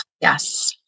yes